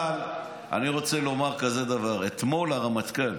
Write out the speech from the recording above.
--- אבל אני רוצה לומר כזה דבר: אתמול הרמטכ"ל,